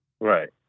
Right